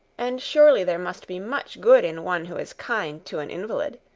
and surely there must be much good in one who is kind to an invalid,